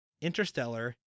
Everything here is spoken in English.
Interstellar